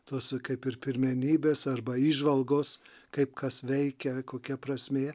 tos kaip ir pirmenybės arba įžvalgos kaip kas veikia kokia prasmė